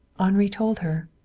henri told her.